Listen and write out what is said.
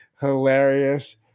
hilarious